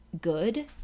Good